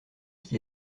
qui